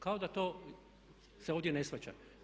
Kao da to se ovdje ne shvaća.